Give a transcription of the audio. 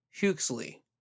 Huxley